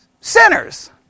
Sinners